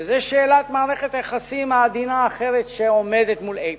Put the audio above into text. וזאת שאלת מערכת היחסים העדינה האחרת שעומדת מול איפא"ק.